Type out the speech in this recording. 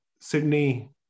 Sydney